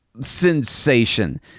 sensation